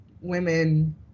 women